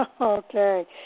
Okay